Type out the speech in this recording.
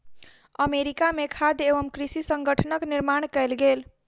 America में खाद्य एवं कृषि संगठनक निर्माण कएल गेल